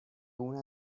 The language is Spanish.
una